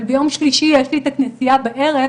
אז ביום שלישי יש לי את הכנסייה בערב,